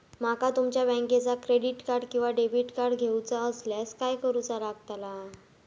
माका तुमच्या बँकेचा क्रेडिट कार्ड किंवा डेबिट कार्ड घेऊचा असल्यास काय करूचा लागताला?